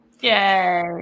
Yay